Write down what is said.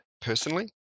personally